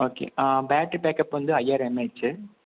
okay battery backup வந்து ஐயாயிரம் mAh